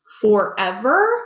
forever